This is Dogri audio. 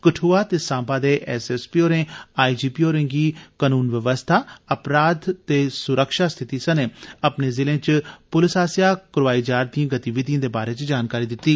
कठुआ ते सांबा दे एसएसपी होरे आईजीपी होरें'गी कानून बवस्था अपराघ ते सुरक्षा स्थिति सने अपने जिलें च पुलस आसेआ करोआई जा'रदिए गतिविधिए दे बारै च बी जानकारी दित्ती